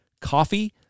Coffee